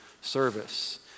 service